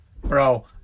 Bro